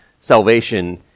salvation